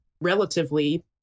relatively